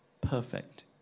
perfect